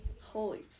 Holy